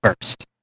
first